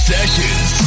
Sessions